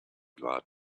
glad